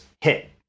hit